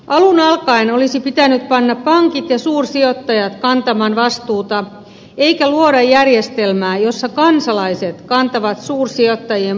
alun alkaen olisi pitänyt panna pankit ja suursijoittajat kantamaan vastuuta eikä luoda järjestelmää jossa kansalaiset kantavat suursijoittajien puolesta vastuun